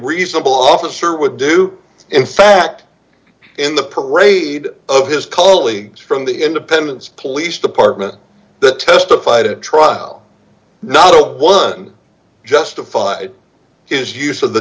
reasonable officer would do in fact in the parade of his colleagues from the independence police department that testified at trial not one justified his use of the